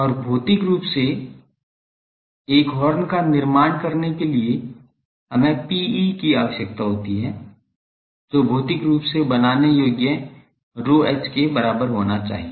और भौतिक रूप से एक हॉर्न का निर्माण करने के लिए हमें Pe की आवश्यकता होती है जो भौतिक रूप से बनाने योग्य Ph के बराबर होना चाहिए